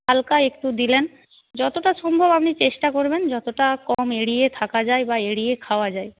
হালকা একটু দিলেন যতটা সম্ভব আপনি চেষ্টা করবেন যতটা কম এড়িয়ে থাকা যায় বা এড়িয়ে খাওয়া যায়